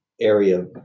area